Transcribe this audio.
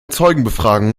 zeugenbefragung